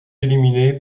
éliminé